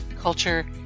culture